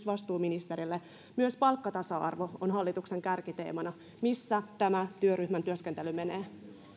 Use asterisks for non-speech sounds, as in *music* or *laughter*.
*unintelligible* vastuuministerille myös palkkatasa arvo on hallituksen kärkiteemana missä tämän työryhmän työskentely menee